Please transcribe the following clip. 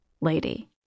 lady